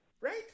Right